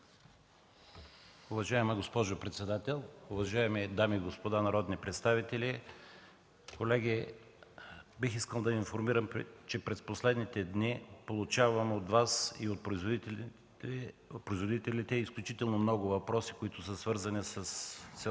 Уважаема госпожо председател, уважаеми дами и господа народни представители, колеги! Бих искал да Ви информирам, че през последните дни получавам от Вас и от производителите изключително много въпроси, които са свързани със селскостопанските